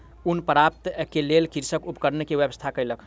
ऊन प्राप्त करै के लेल कृषक उपकरण के व्यवस्था कयलक